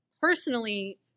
personally